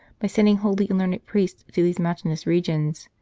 by sending holy and learned priests to these mountainous regions,